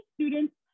students